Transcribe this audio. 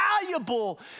valuable